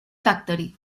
factory